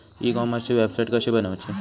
E कॉमर्सची website कशी बनवची?